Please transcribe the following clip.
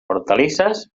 hortalisses